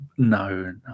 No